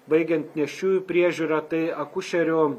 baigiant nėščiųjų priežiūra tai akušerių